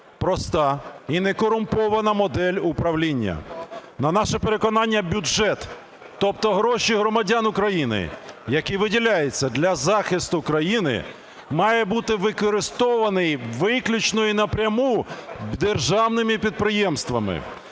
проста і некорумпована модель управління. На наше переконання, бюджет, тобто гроші громадян України, які виділяються для захисту країни, має бути використаний виключно і напряму державними підприємствами.